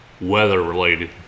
weather-related